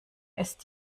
ist